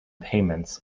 payments